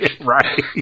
Right